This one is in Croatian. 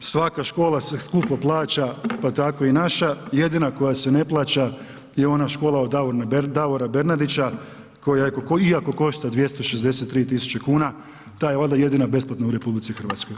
Svaka škola se skupo plaća, pa tako i naša, jedina koja se ne plaća je ona škola od Davora Bernardića koja, iako košta 263 tisuće kuna, ta je valjda jedina besplatna u RH.